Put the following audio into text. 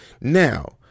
now